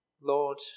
Lord